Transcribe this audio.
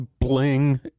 bling